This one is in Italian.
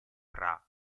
tra